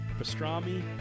pastrami